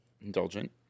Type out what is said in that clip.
indulgent